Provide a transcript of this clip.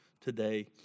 today